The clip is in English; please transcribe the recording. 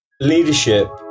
Leadership